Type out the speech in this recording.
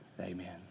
amen